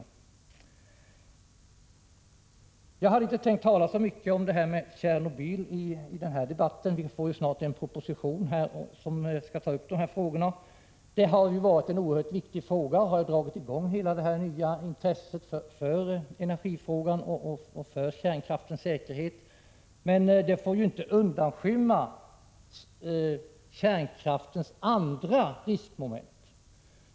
Jag hade inte tänkt tala så mycket om Tjernobyl i den här debatten. Vi får ju snart en proposition som tar upp dessa frågor. Det har ju varit en oerhört viktig fråga som dragit i gång hela detta nya intresse för energifrågan och för kärnkraftens säkerhet. Men detta får ju inte undanskymma kärnkraftens andra riskmoment.